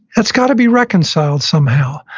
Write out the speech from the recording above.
that's got to be reconciled somehow.